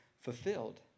fulfilled